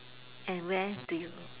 and where do you